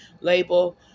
label